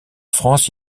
france